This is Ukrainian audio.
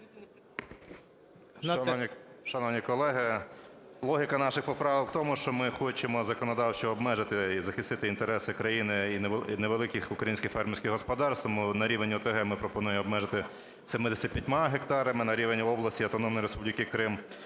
Шановні колеги! Логіка наших поправок в тому, що ми хочемо законодавчо обмежити і захистити інтереси країни і невеликих українських фермерських господарств. На рівень ОТГ ми пропонуємо обмежити 75 гектарами, на рівень області і Автономної Республіки Крим